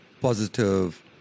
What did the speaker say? positive